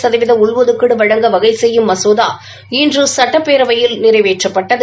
சதவீத உள்ஒதுக்கீடு வழங்க வகை செய்யும் மசோதா இன்று சுட்டப்பேரவையில் நிறைவேற்றப்பட்டது